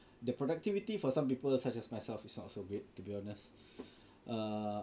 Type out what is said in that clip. the productivity for some people such as myself is not so good to be honest